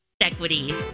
Equity